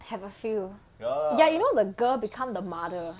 have a few ya you know the girl become the mother